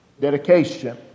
dedication